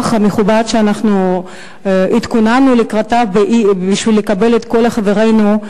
המכובד שהתכוננו לקראתו כדי לקבל את כל חברינו,